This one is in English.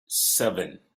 seven